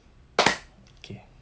okay